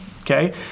Okay